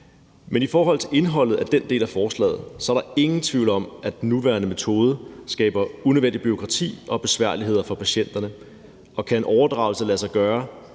Men i forhold til indholdet af den del af forslaget er der ingen tvivl om, at den nuværende metode skaber unødvendigt bureaukrati og besværligheder for patienter, og kan en overdragelse lade sig gøre